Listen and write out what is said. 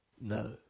No